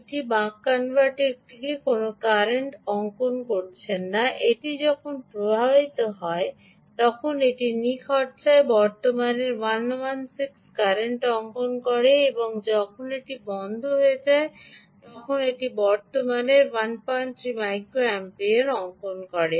এটি যে বক কনভার্টরটি কোনও কারেন্ট আঁকছে না এটি যখন প্রবাহিত হয় তখন এটি নিখরচায় বর্তমানের 116 কারেন্ট অঙ্কন করে এবং যখন এটি বন্ধ হয়ে যায় তখন এটি বর্তমানের 13 মাইক্রো অ্যাম্পিয়ার অঙ্কন করে